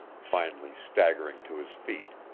finally staggering to his feet,